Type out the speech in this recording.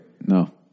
no